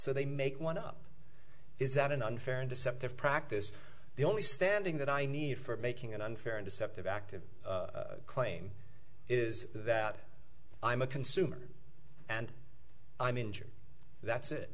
so they make one up is that an unfair and deceptive practice the only standing that i need for making an unfair and deceptive active claim is that i'm a consumer and i'm injured that's it